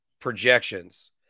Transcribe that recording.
projections